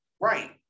right